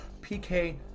PK